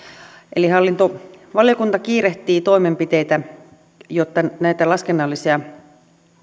hallintovaliokunta kiirehtii toimenpiteitä jotta näitä laskennallisia